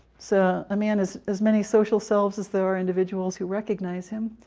so a man has as many social selves as there are individuals who recognize him,